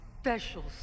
special